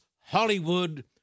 Hollywood